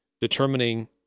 determining